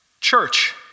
church